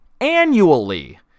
annually